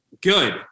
good